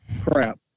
Crap